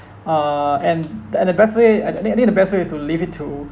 uh and the and the best way I think I think the best way is to leave it to